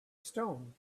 stone